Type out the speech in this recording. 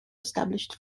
established